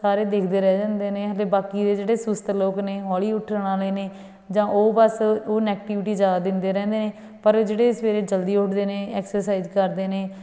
ਸਾਰੇ ਦੇਖਦੇ ਰਹਿ ਜਾਂਦੇ ਨੇ ਹਲੇ ਬਾਕੀ ਦੇ ਜਿਹੜੇ ਸੁਸਤ ਲੋਕ ਨੇ ਹੌਲੀ ਉੱਠਣ ਵਾਲੇ ਨੇ ਜਾਂ ਉਹ ਬਸ ਉਹ ਨੈਗਟੀਵਿਟੀ ਜ਼ਿਆਦਾ ਦਿੰਦੇ ਰਹਿੰਦੇ ਨੇ ਪਰ ਜਿਹੜੇ ਸਵੇਰੇ ਜਲਦੀ ਉੱਠਦੇ ਨੇ ਐਕਸਰਸਾਈਜ਼ ਕਰਦੇ ਨੇ